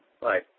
Bye